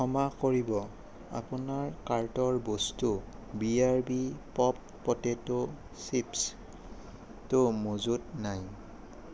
ক্ষমা কৰিব আপোনাৰ কাৰ্টৰ বস্তু B R B popped potato চিপ্ছটো মজুত নাই